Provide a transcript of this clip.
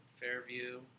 Fairview